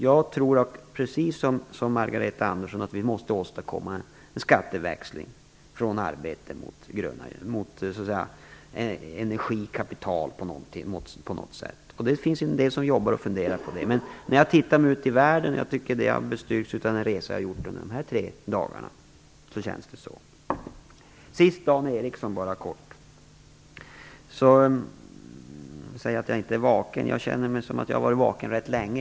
Jag tror precis som Margareta Andersson att vi måste åstadkomma en skatteväxling på något sätt, från arbete till energi och kapital. Det finns en del som funderar och jobbar på det. Jag tycker att min uppfattning har bestyrkts av den resa som jag har gjort under de tre senaste dagarna. Sist till Dan Ericsson. Han säger att jag inte är vaken. Jag känner det som att jag har varit vaken rätt länge.